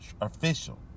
Official